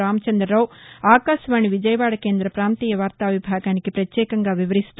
రామచంద్రరావు ఆకాశవాణి విజయవాడ కేంద్ర ప్రపాంతీయ వార్తా విభాగానికి ప్రత్యేకంగా వివరిస్తూ